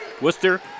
Worcester